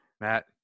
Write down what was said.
Matt